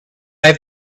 have